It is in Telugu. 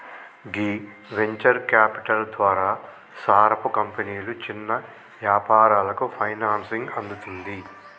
గీ వెంచర్ క్యాపిటల్ ద్వారా సారపు కంపెనీలు చిన్న యాపారాలకు ఫైనాన్సింగ్ అందుతుంది